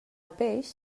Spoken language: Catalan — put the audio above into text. peix